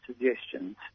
suggestions